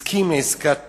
הסכים לעסקת טיעון,